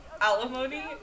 Alimony